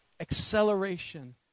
acceleration